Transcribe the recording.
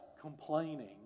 complaining